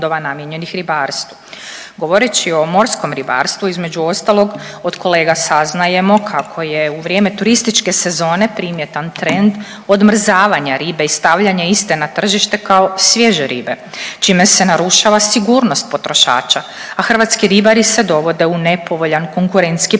Govoreći o morskom ribarstvu između ostalog od kolega saznajemo kako je u vrijeme turističke sezone primjetan trend odmrzavanja ribe i stavljanja iste na tržište kao svježe ribe čime se narušava sigurnost potrošača, a hrvatski ribari se dovode u nepovoljan konkurentski položaj.